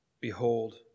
Behold